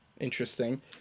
interesting